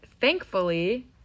thankfully